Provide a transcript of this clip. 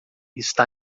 está